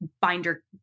binder